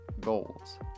goals